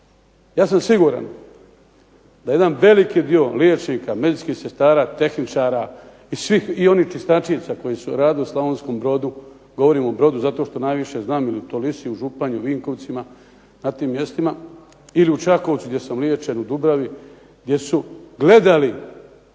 Ja sam siguran da jedan veliki dio liječnika, medicinskih sestara, tehničara i onih čistačica koji su radili u Slavonskom Brodu. Govorim o Brodu zato što najviše znam ili .../Govornik se ne razumije./... u Županji, Vinkovcima na tim mjestima ili u Čakovcu gdje sam liječen, u Dubravi gdje su gledali